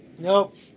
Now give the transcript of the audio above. Nope